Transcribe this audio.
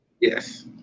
Yes